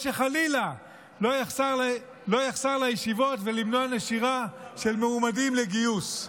שחלילה לא יחסר לישיבות ולמנוע נשירה של מועמדים לגיוס?